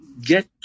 get